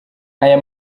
aya